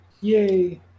yay